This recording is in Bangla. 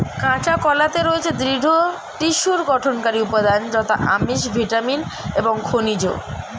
কাঁচা কলাতে রয়েছে দৃঢ় টিস্যুর গঠনকারী উপাদান যথা আমিষ, ভিটামিন এবং খনিজ